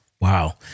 Wow